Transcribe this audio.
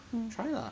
mm